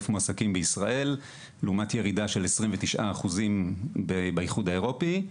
מועסקים בישראל לעומת ירידה של 29% באיחוד האירופי.